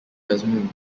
jasmu